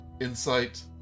Insight